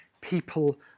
people